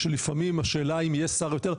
שלפעמים השאלה האם יש שר יותר,